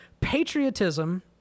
patriotism